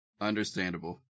Understandable